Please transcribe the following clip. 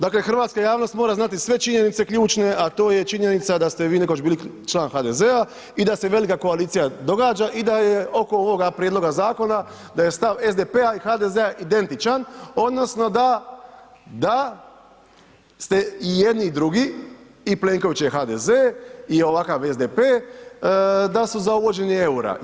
Dakle, hrvatska javnost mora znati sve činjenice ključne, a to činjenica da ste vi nekoć bili član HDZ-a i da se velika koalicija događa i da je oko ovoga prijedloga zakona, da je stav SDP-a i HDZ-a identičan odnosno da, da ste i jedni i drugi i Plenokovićev HDZ i ovakav SDP da su za uvođenje EUR-a.